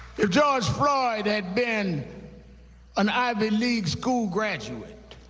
if george floyd had been an ivy league school graduate